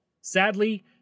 Sadly